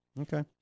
okay